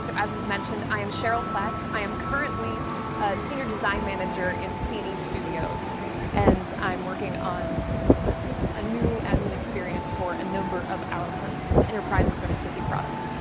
so as was mentioned, i am cheryl platz. i am currently a senior design manager in cne studios and i'm working on a new admin experience for a number of our enterprise and productivity products.